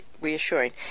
reassuring